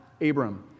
Abram